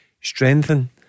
strengthen